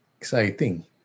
Exciting